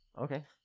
Okay